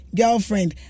girlfriend